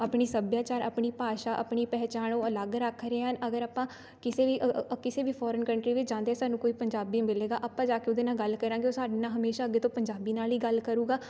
ਆਪਣੀ ਸੱਭਿਆਚਾਰ ਆਪਣੀ ਭਾਸ਼ਾ ਆਪਣੀ ਪਹਿਚਾਣ ਉਹ ਅਲੱਗ ਰੱਖ ਰਹੇ ਹਨ ਅਗਰ ਆਪਾਂ ਕਿਸੇ ਵੀ ਕਿਸੇ ਵੀ ਫੋਰਨ ਕੰਨਟਰੀ ਵਿੱਚ ਜਾਂਦੇ ਸਾਨੂੰ ਕੋਈ ਪੰਜਾਬੀ ਮਿਲੇਗਾ ਆਪਾਂ ਜਾ ਕੇ ਉਹਦੇ ਨਾਲ਼ ਗੱਲ ਕਰਾਂਗੇ ਉਹ ਸਾਡੇ ਨਾਲ਼ ਹਮੇਸ਼ਾਂ ਅੱਗੇ ਤੋਂ ਪੰਜਾਬੀ ਨਾਲ਼ ਹੀ ਗੱਲ ਕਰੇਗਾ